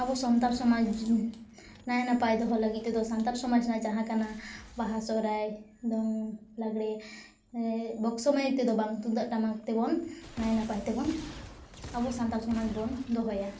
ᱟᱵᱚ ᱥᱟᱱᱛᱟᱲ ᱥᱚᱢᱟᱡᱽ ᱱᱟᱭ ᱱᱟᱯᱟᱭ ᱫᱚᱦᱚ ᱞᱟᱜᱤᱫᱛᱮ ᱫᱚ ᱥᱟᱱᱛᱟᱲ ᱥᱚᱢᱟᱡᱽ ᱨᱮᱱᱟᱜ ᱡᱟᱦᱟᱸ ᱠᱟᱱᱟ ᱵᱟᱦᱟ ᱥᱚᱦᱨᱟᱭ ᱫᱚᱝ ᱞᱟᱜᱽᱲᱮ ᱵᱚᱠᱥᱚ ᱢᱟᱹᱭᱤᱠᱛᱮ ᱫᱚ ᱵᱟᱝ ᱛᱩᱱᱫᱟᱜ ᱴᱟᱢᱟᱠᱛᱮ ᱵᱚᱱ ᱱᱟᱭ ᱱᱟᱯᱟᱭᱛᱮ ᱵᱚᱱ ᱟᱵᱚ ᱥᱟᱱᱛᱟᱞ ᱥᱚᱢᱟᱡᱽᱵᱚᱱ ᱫᱚᱦᱚᱭᱟ